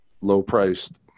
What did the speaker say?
low-priced